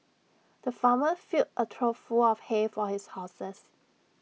the farmer filled A trough full of hay for his horses